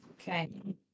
Okay